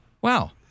Wow